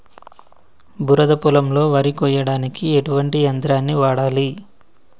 బురద పొలంలో వరి కొయ్యడానికి ఎటువంటి యంత్రాన్ని వాడాలి?